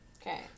Okay